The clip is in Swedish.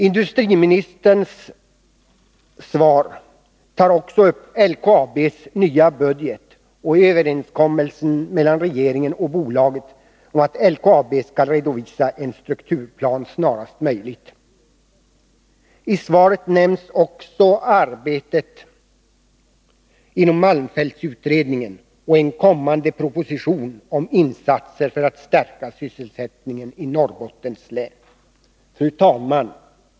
Industriministerns svar tar också upp LKAB:s nya budget och överenskommelsen mellan regeringen och bolaget om att LKAB skall redovisa en strukturplan snarast möjligt. I svaret nämns också arbetet inom malmfältsutredningen och en kommande proposition om insatser för att stärka sysselsättningen i Norrbottens län. Fru talman!